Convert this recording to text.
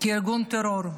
כארגון טרור.